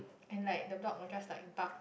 and like the dog will just like bark